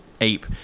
ape